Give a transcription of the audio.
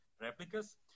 replicas